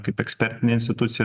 kaip ekspertinė institucija